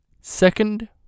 second